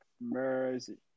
Mercy